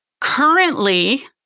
currently